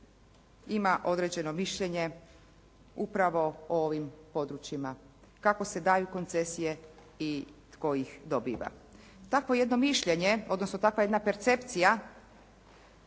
ima određeno mišljenje upravo o ovim područjima kako se daju koncesije i tko ih dobiva. Takvo jedno mišljenje, odnosno takva jedna percepcija